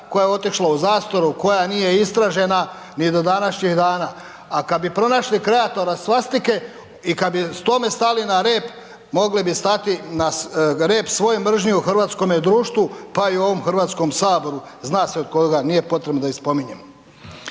koja je otišla u zastaru, koja nije istražena ni do današnjih dana. A kada bi pronašli kreatora svastike i kada bi tome stali na rep, mogli bi stati na rep svoj mržnji u hrvatskome društvu, pa i u ovom Hrvatskom saboru zna se od koga. Nije potrebno da ih spominjem.